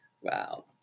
Wow